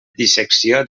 dissecció